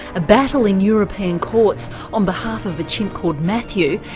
a battle in european courts on behalf of a chimp called matthew,